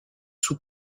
sous